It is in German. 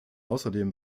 außerdem